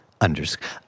Underscore